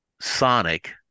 Sonic